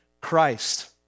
Christ